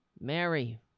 Mary